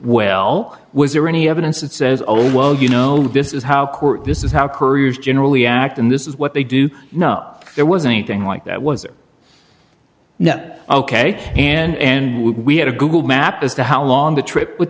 well was there any evidence that says oh well you know this is how this is how couriers generally act and this is what they do know there was anything like that was no ok and we had a google map as to how long the trip w